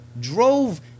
drove